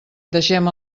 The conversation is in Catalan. deixem